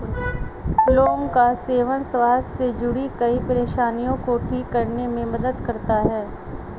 लौंग का सेवन स्वास्थ्य से जुड़ीं कई परेशानियों को ठीक करने में मदद करता है